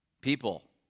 people